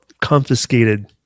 confiscated